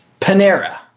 panera